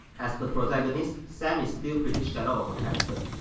as the protagonist, sam is still pretty shallow of a character,